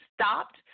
stopped